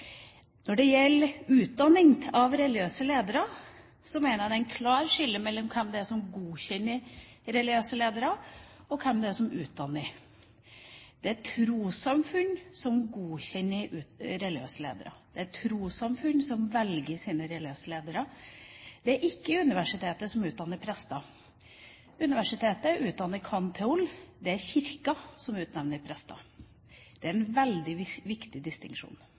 Når det gjelder utdanning av religiøse ledere, mener jeg det er et klart skille mellom hvem det er som godkjenner religiøse ledere, og hvem det er som utdanner dem. Det er trossamfunn som godkjenner religiøse ledere. Det er trossamfunn som velger sine religiøse ledere. Det er ikke universitetet som utdanner prester. Universitetet utdanner cand.theol. Det er Kirken som utdanner prester. Det er en veldig viktig distinksjon.